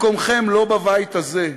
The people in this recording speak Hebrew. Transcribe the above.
מקומכם לא בבית הזה.